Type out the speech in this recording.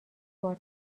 بار